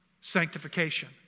sanctification